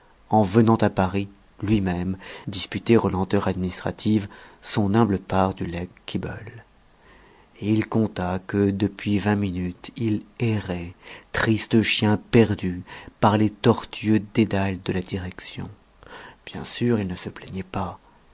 en venant à paris lui-même disputer aux lenteurs administratives son humble part du legs quibolle et il conta que depuis vingt minutes il errait triste chien perdu par les tortueux dédales de la direction bien sûr il ne se plaignait pas